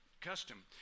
custom